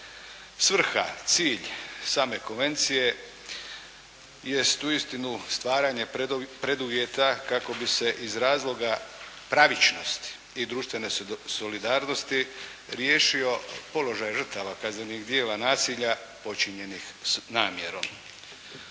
Svrha, cilj same konvencije jest uistinu stvaranje preduvjeta kako bi se iz razloga pravičnosti i društvene solidarnosti riješio položaj žrtava kaznenih djela nasilja počinjenih s namjerom.